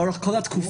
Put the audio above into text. לאורך כל התקופה,